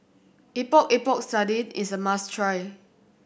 Epok Epok Sardin is a must try